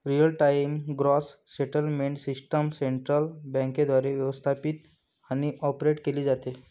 real time gross settlement system central बँकेद्वारे व्यवस्थापित आणि ऑपरेट केली जाते